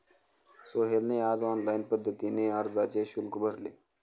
सोहेलने आज ऑनलाईन पद्धतीने अर्जाचे शुल्क भरले